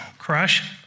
crush